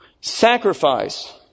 Sacrifice